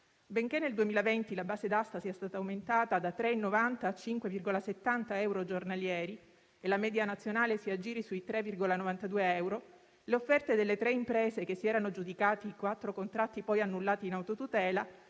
Benché nel 2020 la base d'asta sia stata aumentata da 3,90 a 5,70 euro giornalieri e la media nazionale si aggiri sui 3,92 euro, le offerte delle tre imprese che si erano aggiudicate i quattro contratti, poi annullati in autotutela,